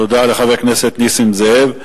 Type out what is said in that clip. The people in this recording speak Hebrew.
תודה לחבר הכנסת נסים זאב.